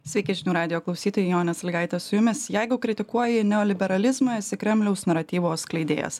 sveiki žinių radijo klausytojai jonė salygaitė su jumis jeigu kritikuoji neoliberalizmą esi kremliaus naratyvo skleidėjas